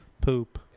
Poop